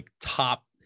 top